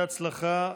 בהצלחה.